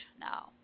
now